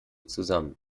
zusammen